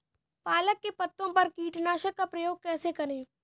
पालक के पत्तों पर कीटनाशक का प्रयोग कैसे करें?